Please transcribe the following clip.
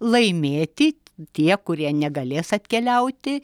laimėti tie kurie negalės atkeliauti